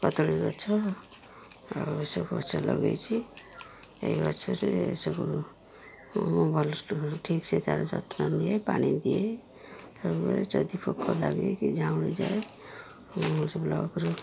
କଦଳୀ ଗଛ ଆଉ ଏସବୁ ଗଛ ଲଗେଇଛି ଏଇ ଗଛରେ ସବୁ ଭଲ ଠିକ୍ସେ ତାର ଯତ୍ନ ନିଏ ପାଣି ଦିଏ ସବୁବେଳେ ଯଦି ପୋକ ଲାଗେଇକି ଝାଉଁଳି ଯାଏ ମୁଁ ସେ ବ୍ଲକ୍ରୁ